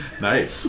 Nice